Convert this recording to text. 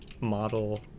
model